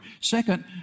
Second